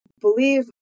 believe